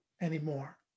anymore